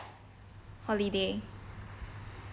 holiday